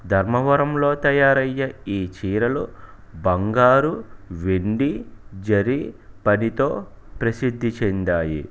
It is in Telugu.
ధర్మవరంలో తయారయ్యే ఈ చీరలు బంగారు వెండి జరీ పనితో ప్రసిద్ధి చెందాయి